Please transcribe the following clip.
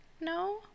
No